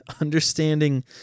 Understanding